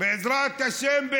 בעזרת השם.